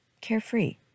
carefree